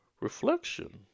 reflection